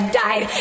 died